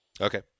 Okay